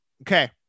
okay